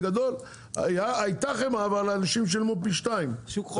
בגדול הייתה חמאה אבל אנשים שילמו פי 2. שוק חופשי.